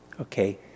Okay